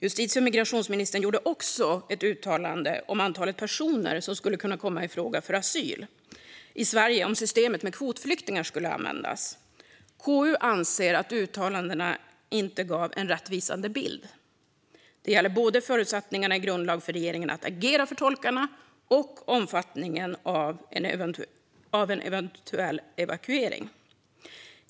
Justitie och migrationsministern gjorde också ett uttalande om antalet personer som skulle kunna komma i fråga för asyl i Sverige om systemet med kvotflyktingar skulle användas. KU anser att uttalandena inte gav en rättvisande bild. Det gäller både förutsättningarna i grundlag för regeringen att agera för tolkarna och omfattningen av en eventuell evakuering.